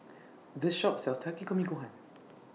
This Shop sells Takikomi Gohan